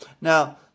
Now